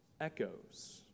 echoes